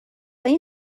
این